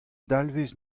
dalvez